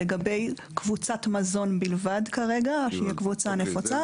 וכרגע לגבי קבוצת מזון בלבד שהיא הקבוצה הנפוצה.